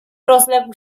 rozległ